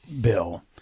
Bill